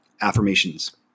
affirmations